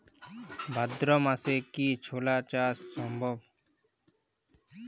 ভাদ্র মাসে কি ছোলা চাষ সম্ভব?